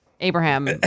Abraham